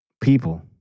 people